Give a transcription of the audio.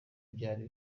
byari